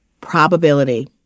probability